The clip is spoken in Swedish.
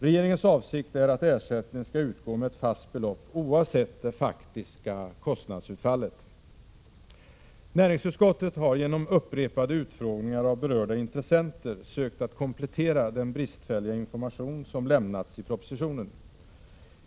Regeringens avsikt är att ersättning skall utgå med ett fast belopp oavsett det faktiska kostnadsutfallet. Näringsutskottet har genom upprepade utfrågningar av berörda intressenter sökt att komplettera den bristfälliga information som lämnats i propositionen.